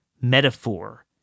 metaphor